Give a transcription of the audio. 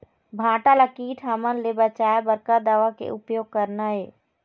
भांटा ला कीट हमन ले बचाए बर का दवा के उपयोग करना ये?